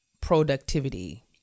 productivity